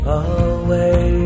away